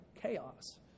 chaos